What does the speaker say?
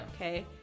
Okay